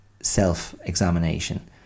self-examination